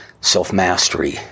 Self-mastery